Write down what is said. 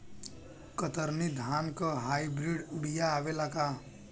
कतरनी धान क hybrid बिया आवेला का?